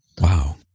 Wow